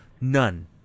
None